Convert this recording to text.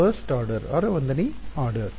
ವಿದ್ಯಾರ್ಥಿ 1 ನೇ ಆರ್ಡರ್